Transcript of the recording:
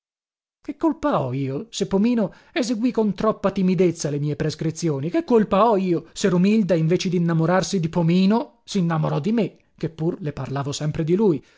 che colpa ho io se pomino eseguì con troppa timidezza le mie prescrizioni che colpa ho io se romilda invece dinnamorarsi di pomino sinnamorò di me che pur le parlavo sempre di lui